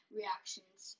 reactions